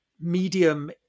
medium